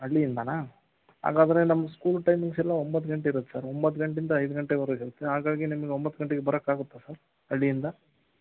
ಹಳ್ಳಿಯಿಂದನಾ ಹಾಗಾದರೆ ನಮ್ಮ ಸ್ಕೂಲ್ ಟೈಮಿಂಗ್ಸೆಲ್ಲ ಒಂಬತ್ತು ಗಂಟೆ ಇರತ್ತೆ ಸರ್ ಒಂಬತ್ತು ಗಂಟೆಯಿಂದ ಐದು ಗಂಟೆವರೆಗೆ ಇರತ್ತೆ ಹಾಗಾಗಿ ನಿಮಗೆ ಒಂಬತ್ತು ಗಂಟೆಗೆ ಬರೋಕ್ಕಾಗತ್ತಾ ಸರ್ ಹಳ್ಳಿಯಿಂದ